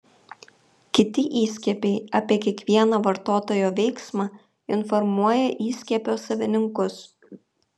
kiti įskiepiai apie kiekvieną vartotojo veiksmą informuoja įskiepio savininkus